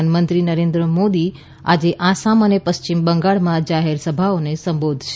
પ્રધાનમંત્રી નરેન્દ્ર મોદી આજે આસામ અને પશ્ચિમ બંગાળમાં જાહેર સભાઓને સંબોધશે